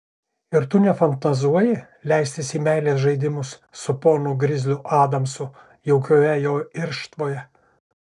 ir tu nefantazuoji leistis į meilės žaidimus su ponu grizliu adamsu jaukioje jo irštvoje